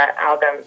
album